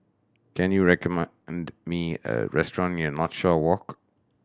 can you recommend me a restaurant near Northshore Walk